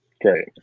great